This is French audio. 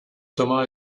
thomas